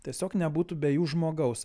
tiesiog nebūtų be jų žmogaus